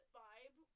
vibe